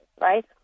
right